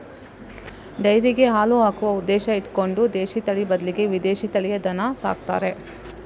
ಡೈರಿಗೆ ಹಾಲು ಹಾಕುವ ಉದ್ದೇಶ ಇಟ್ಕೊಂಡು ದೇಶೀ ತಳಿ ಬದ್ಲಿಗೆ ವಿದೇಶೀ ತಳಿಯ ದನ ಸಾಕ್ತಾರೆ